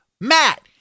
Matt